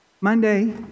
Monday